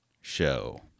show